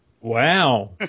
Wow